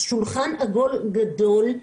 שולחן עגול גדול.